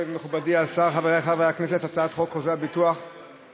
חברת הכנסת גרמן לא הבינה מה שאמרת.